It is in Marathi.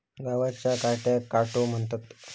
गवताच्या काट्याक काटो म्हणतत